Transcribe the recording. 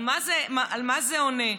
על מה זה עונה?